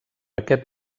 aquest